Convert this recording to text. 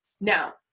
Now